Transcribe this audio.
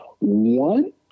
one